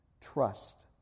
trust